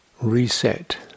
reset